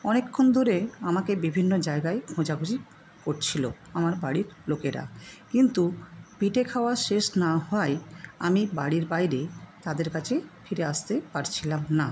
অনেকক্ষণ ধরে আমাকে বিভিন্ন জায়গায় খোঁজাখুঁজি করছিল আমার বাড়ির লোকেরা কিন্তু পিঠে খাওয়া শেষ না হওয়ায় আমি বাড়ির বাইরে তাদের কাছে ফিরে আসতে পারছিলাম না